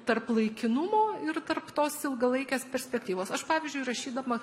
tarp laikinumo ir tarp tos ilgalaikės perspektyvos aš pavyzdžiui rašydama